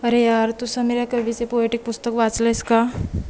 अरे यार तू समीर या कवीचे पोएटिक पुस्तक वाचलं आहेस का